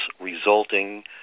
resulting